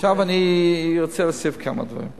אני רוצה להוסיף כמה דברים.